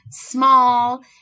small